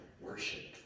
worship